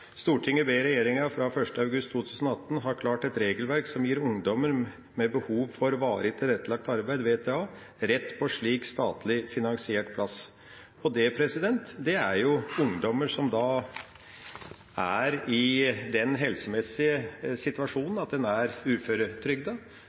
ber regjeringen fra 1. august 2018 ha klart et regelverk som gir ungdommer med behov for Varig tilrettelagt arbeid rett på slik statlig finansiert plass.» Dette er ungdommer som er i den helsemessige situasjonen